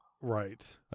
right